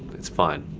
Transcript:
it's fine.